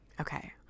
Okay